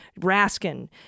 Raskin